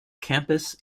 campus